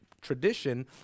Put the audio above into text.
tradition